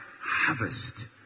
harvest